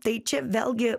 tai čia vėlgi